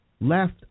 left